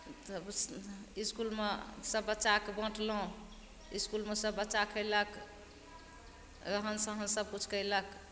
तब इसकुलमे सब बच्चाके बाँटलहुँ इसकुलमे सब बच्चा खेलक रहन सहन सबकिछु कयलक